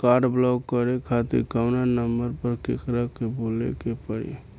Card block करे खातिर कवना नंबर पर केकरा के बोले के परी?